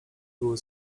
były